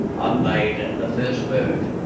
i've made the first move.